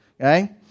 okay